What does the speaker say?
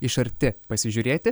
iš arti pasižiūrėti